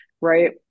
Right